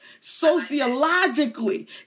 sociologically